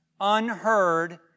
unheard